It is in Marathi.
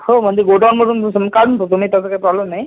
हो म्हणजे गोडाऊनमधून घुसून मी काढून बघतो नाही तसं काही प्रॉब्लेम नाही